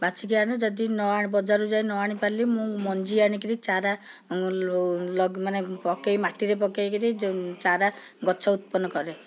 ବାଛିକି ଆଣେ ଯଦି ନ ଆଣୁ ବଜାରରୁ ଯାଇ ନ ଆଣିପାରିଲି ତାହାଲେ ମୁଁ ମଞ୍ଜି ଆଣିକରି ଚାରା ଲଗା ମାନେ ପକେଇ ମାଟିରେ ପକାଇ କରି ଯେଉଁ ଚାରା ଗଛ ଉତ୍ପନ୍ନ କରେ